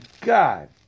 God